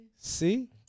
See